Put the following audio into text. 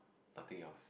nothing else